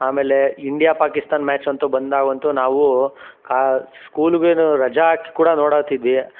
ಆಮೇಲೆ India Pakistan match ಅಂತೂ ಬಂದಾಗಂತೂ ನಾವು ಕಾ ಸ್ಕೂಲುಗೇನು ರಜಾ ಹಾಕ್ ಕೂಡ ನೋಡುತ್ತಿದ್ವಿ